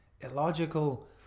illogical